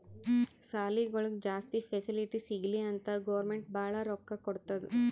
ಸಾಲಿಗೊಳಿಗ್ ಜಾಸ್ತಿ ಫೆಸಿಲಿಟಿ ಸಿಗ್ಲಿ ಅಂತ್ ಗೌರ್ಮೆಂಟ್ ಭಾಳ ರೊಕ್ಕಾ ಕೊಡ್ತುದ್